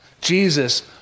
Jesus